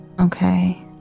okay